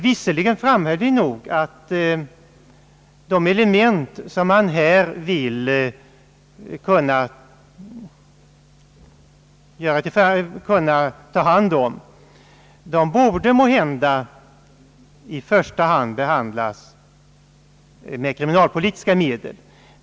Visserligen framhöll vi nog att de asociala element som man vill ha möjlighet att ta hand om måhända i första hand borde behandlas med kriminalpolitiska medel.